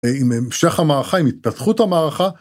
עם המשך המערכה, עם התפתחות המערכה.